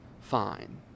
fine